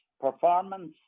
performance